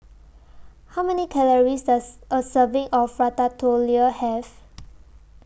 How Many Calories Does A Serving of Ratatouille Have